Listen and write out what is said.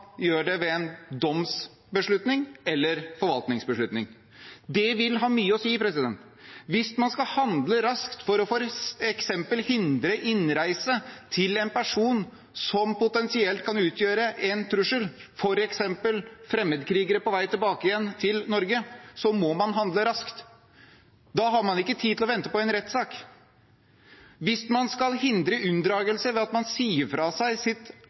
gjør det ved en domsbeslutning eller en forvaltningsbeslutning. Det vil ha mye å si. Hvis man skal handle raskt for f.eks. å hindre innreise for en person som potensielt kan utgjøre en trussel, f.eks. en fremmedkriger på vei tilbake til Norge, må man handle raskt. Da har man ikke tid til å vente på en rettssak. Hvis man skal hindre unndragelse ved at man sier fra seg sitt